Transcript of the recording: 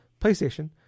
PlayStation